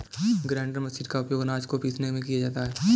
grinder machine का उपयोग आनाज को पीसने में किया जाता है